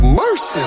mercy